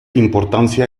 importancia